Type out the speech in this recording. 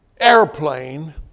airplane